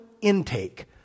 intake